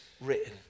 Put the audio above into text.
written